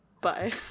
Bye